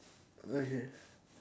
okay